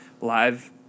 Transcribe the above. live